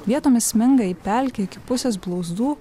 vietomis sminga į pelkę iki pusės blauzdų